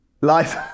Life